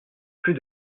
plus